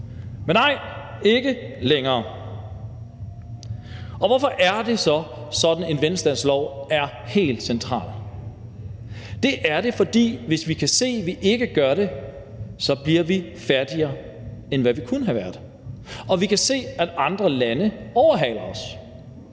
Men nej, ikke længere. Hvorfor er det så, at sådan en velstandslov er helt central? Det er det, fordi vi kan se, at hvis ikke vi gør det, bliver vi fattigere, end vi kunnet have været, og vi kan se, at andre lande overhaler os.